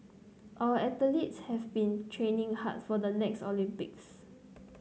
our athletes have been training hard for the next Olympics